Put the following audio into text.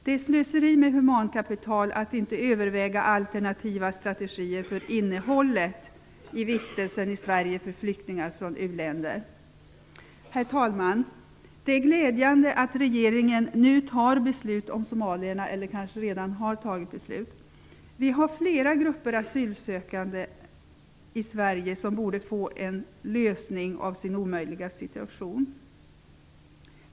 Det är slöseri med humankapital att inte överväga alternativa strategier för innehållet i vistelsen i Herr talman! Det är glädjande att regeringen nu kommer att fatta, eller kanske redan har fattat, beslut om somalierna. Det finns flera grupper asylsökande i Sverige vilkas omöjliga situation borde förändras.